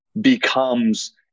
becomes